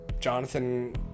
Jonathan